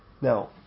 Now